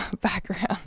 background